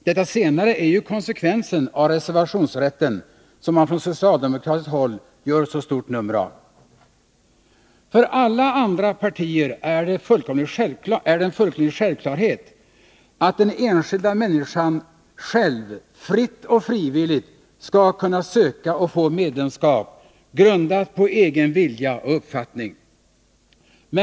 Detta senare är ju konsekvensen av reservationsrätten, som man från socialdemokratiskt håll gör så stort nummer av. För alla andra partier är det en fullkomlig självklarhet att den enskilda människan själv fritt och frivilligt skall kunna söka och få medlemskap grundat på egen vilja och uppfattning.